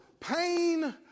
pain